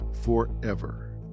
forever